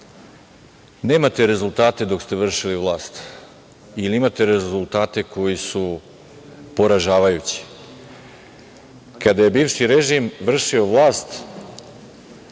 nemate rezultate dok ste vršili vlast ili imate rezultate koji su poražavajući, kada je bivši režim vršio vlast